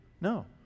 no